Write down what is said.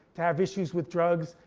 to have issues with drugs,